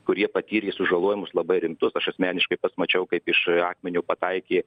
kurie patyrė sužalojimus labai rimtus aš asmeniškai pats mačiau kaip iš akmeniu pataikė